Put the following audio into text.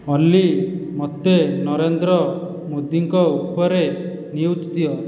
ଅଲି ମତେ ନରେନ୍ଦ୍ର ମୋଦୀଙ୍କ ଉପରେ ନ୍ୟୁଜ୍ ଦିଅ